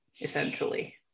Essentially